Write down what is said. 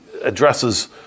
addresses